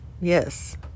yes